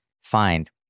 find